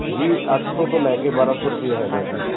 ਜੀ ਅੱਠ ਸੌ ਤੋਂ ਲੈ ਕੇ ਬਾਰਾਂ ਸੌ ਰੁਪਈਆ ਹੈਗਾ ਜੀ